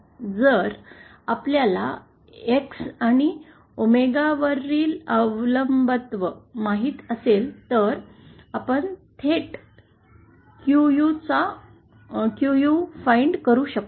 जर आपल्याला एक्स आणि ओमेगावरील अवलंबित्व माहीत असेल तर आपण थेट QU चा फाईंड करू शकतो